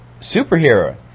superhero